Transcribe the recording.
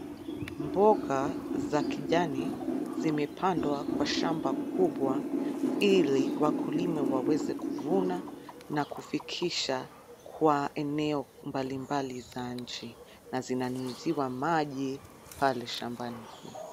Mboga za kijani zimepandwa kwa shamba kubwa ili wakulima waweze kuvuna na kufikisha kwa eneo mbalimbali za nchi na zinanyunyiziwa maji pale shambani pia.